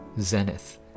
zenith